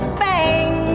bang